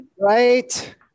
Right